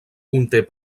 conté